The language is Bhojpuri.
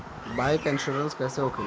बाईक इन्शुरन्स कैसे होखे ला?